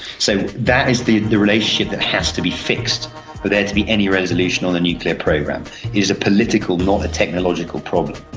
so that is the the relationship that has to be fixed for but there to be any resolution on the nuclear program. it is a political not a technological problem.